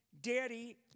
Daddy